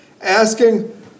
asking